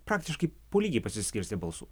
praktiškai po lygiai pasiskirstė balsų